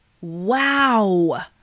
Wow